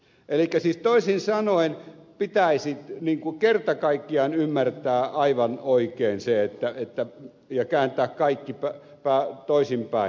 elikkä siis toisin sanoen pitäisi kerta kaikkiaan ymmärtää aivan oikein se ja kääntää kaikki toisinpäin